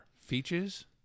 features